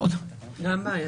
זאת גם בעיה.